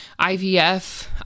IVF